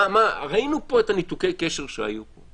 ראינו את ניתוקי הקשר שהיו פה.